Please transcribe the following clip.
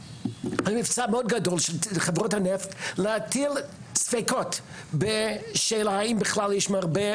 מבצע מאוד גדול של חברות הנפט להטיל ספקות בשאלה האם בכלל יש ---,